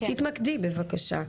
תתמקדי בבקשה.